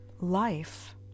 life